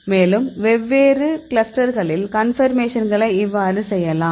மேலும் வெவ்வேறு கிளஸ்டர்களில் கன்பர்மேஷன்களை இவ்வாறு செய்யலாம்